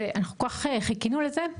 אנחנו כל כך חיכינו לזה,